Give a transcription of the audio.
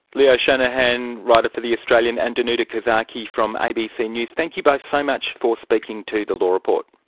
leo shanahan, writer for the australian, and danuta kozaki from abc news, thank you both so much for speaking to the law report.